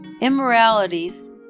Immoralities